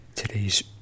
Today's